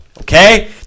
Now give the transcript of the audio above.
Okay